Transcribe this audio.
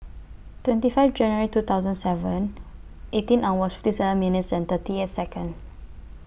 twenty five January two thousand seven eighteen hours fifty seven minutes and thirty eight Seconds